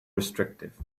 restrictive